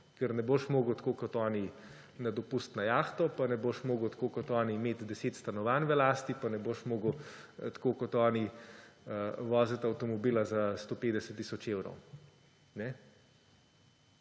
ker ne boš mogel tako kot oni na dopust na jahto pa ne boš mogel tako kot oni imeti 10 stanovanj v lasti pa ne boš mogel tako kot oni voziti avtomobila za 150 tisoč evrov.